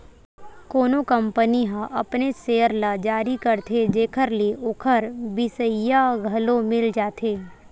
कोनो कंपनी ह अपनेच सेयर ल जारी करथे जेखर ले ओखर बिसइया घलो मिल जाथे